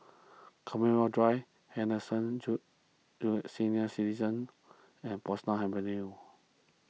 Commonwealth Drive Henderson Senior Citizens' and Portsdown Avenue